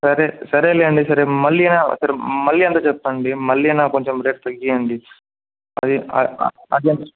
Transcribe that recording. సరే సరేలేండి సరే మల్లినా సరే మల్లి ఎంత చెప్పండి మల్లి నా కొంచెం రేటు తగ్గీయండి అది అది